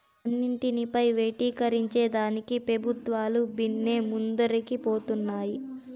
అన్నింటినీ ప్రైవేటీకరించేదానికి పెబుత్వాలు బిన్నే ముందరికి పోతన్నాయి